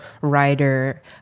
writer